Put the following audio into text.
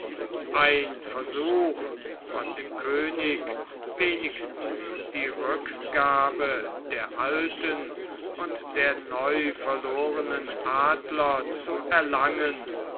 ein versuch von dem könig wenigstens die rückgabe der alten und der neu verlorenen adler zu erlangen